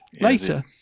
later